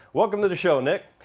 welcome to the show nick.